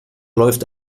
läuft